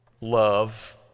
love